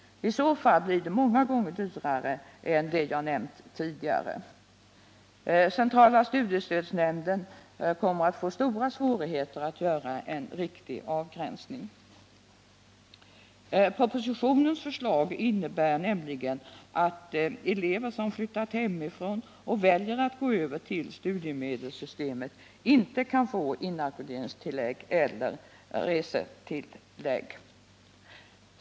I så fall blir det många gånger dyrare än jag nämnt tidigare. Centrala studiestödsnämnden kommer att få stora svårigheter att göra en riktig avgränsning. Propositionens förslag innebär nämligen att elever som flyttat hemifrån och väljer att gå över till studiemedelssystemet inte kan få inackorderingstillägg eller resetillägg.